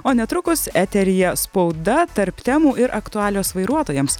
o netrukus eteryje spauda tarp temų ir aktualijos vairuotojams